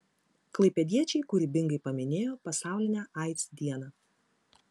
klaipėdiečiai kūrybingai paminėjo pasaulinę aids dieną